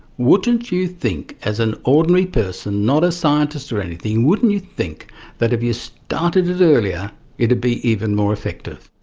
wouldn't you think as an ordinary person, not a scientist or anything, wouldn't you think that if you started it earlier it would be even more effective?